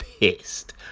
pissed